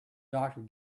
doctor